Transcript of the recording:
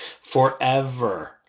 Forever